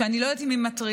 שאני לא יודעת אם היא מטרילה